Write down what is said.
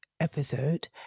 episode